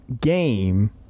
game